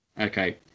okay